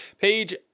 Page